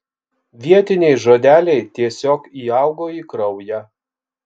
vietiniai žodeliai tiesiog įaugo į kraują